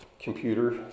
Computer